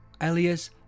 alias